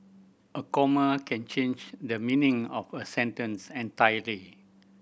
a comma can change the meaning of a sentence entirely